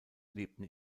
lebten